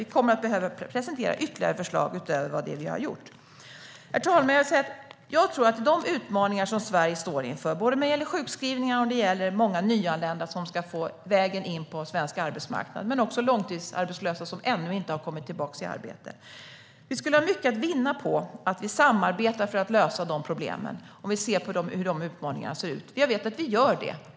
Vi kommer att behöva presentera ytterligare förslag utöver det vi har gjort. Herr talman! När det gäller de utmaningar som Sverige står inför när det gäller sjukskrivningar, när det gäller de många nyanlända som ska få en väg in på den svenska arbetsmarknaden och när det gäller de långtidsarbetslösa som ännu inte har kommit tillbaka i arbete skulle vi ha mycket att vinna på att samarbeta för att lösa problemen. Jag vet att vi ser på utmaningarna tillsammans och att vi också samarbetar.